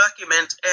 document